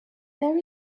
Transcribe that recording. there